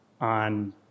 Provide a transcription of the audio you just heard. on